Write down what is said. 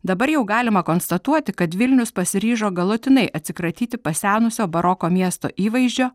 dabar jau galima konstatuoti kad vilnius pasiryžo galutinai atsikratyti pasenusio baroko miesto įvaizdžio